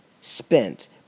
spent